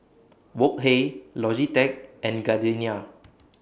Wok Hey Logitech and Gardenia